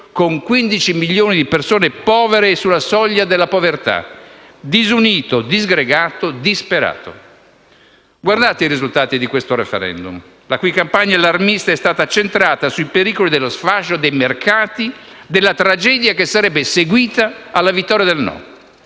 con 15 milioni di persone povere o sulla soglia della povertà, disunito, disgregato e disperato. Guardate i risultati di questo *referendum*, la cui campagna allarmista è stata centrata sui pericoli dello sfascio, dei mercati, della tragedia che sarebbe seguita alla vittoria del no.